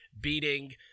beating